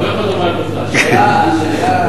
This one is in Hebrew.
השאלה,